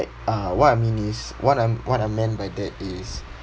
uh what I mean is what I'm what I meant by that is